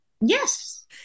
Yes